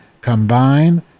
combine